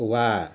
वाह